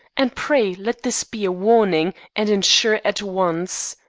and pray let this be a warning, and insure at once.